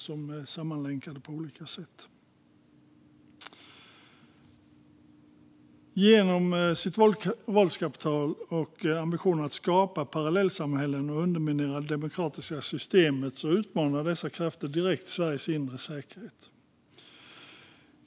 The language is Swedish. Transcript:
De är sammanlänkade på olika sätt. Genom sitt våldskapital och sin ambition att skapa parallellsamhällen och underminera det demokratiska systemet utmanar dessa krafter direkt Sveriges inre säkerhet.